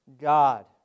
God